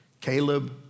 Caleb